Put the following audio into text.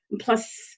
Plus